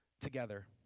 together